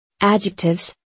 Adjectives